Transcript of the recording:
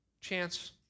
Chance